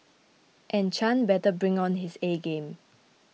and Chan better bring on his A game